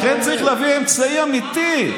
לכן, צריך להביא אמצעי אמיתי.